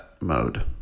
mode